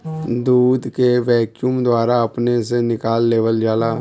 दूध के वैक्यूम द्वारा अपने से निकाल लेवल जाला